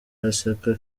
araseka